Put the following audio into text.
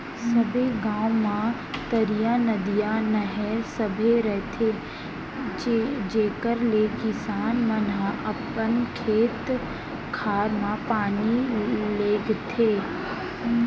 सबे गॉंव म तरिया, नदिया, नहर सबे रथे जेकर ले किसान मन ह अपन खेत खार म पानी लेगथें